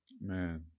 man